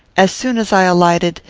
as soon as i alighted,